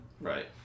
Right